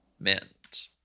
Mint